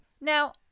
now